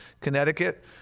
Connecticut